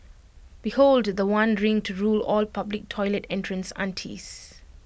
behold The One ring to rule all public toilet entrance aunties